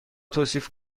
توصیف